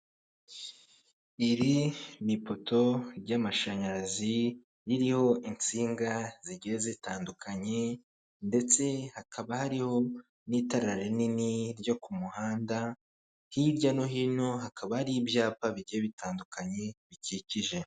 Iri ni ipoto ry'amashanyarazi ririho insinga zigiye zitandukanye ndetse hakaba hariho n'itara rinini ryo ku muhanda, hirya no hino hakaba hari ibyapa bigiye bitandukanye bikikije.